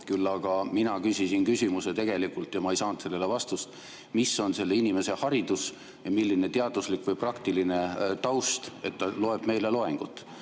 Küll aga mina küsisin küsimuse ja tegelikult ma ei saanud sellele vastust, mis on selle inimese haridus, milline teaduslik või praktiline taust tal on, et ta loeb meile loengut.